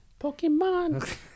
Pokemon